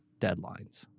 deadlines